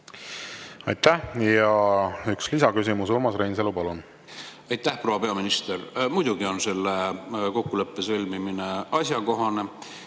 Aitäh! Ja üks lisaküsimus. Urmas Reinsalu, palun! Aitäh! Proua peaminister! Muidugi on selle kokkuleppe sõlmimine asjakohane